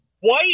white